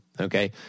Okay